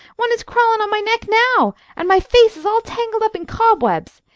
one is crawlin' on my neck now, and my face is all tangled up in cobwebs!